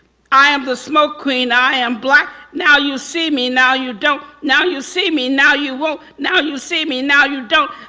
i am the smoke queen. i am black. now you see, me now you don't. now you see me, now you won't. now you see me, now you don't.